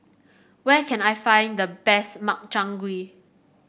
where can I find the best Makchang Gui